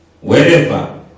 wherever